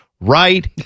right